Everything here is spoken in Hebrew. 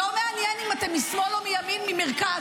לא מעניין אם אתם משמאל או מימין או ממרכז,